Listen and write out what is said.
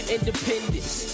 Independence